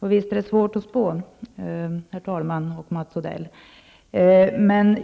Herr talman! Visst är det svårt att spå, Mats Odell.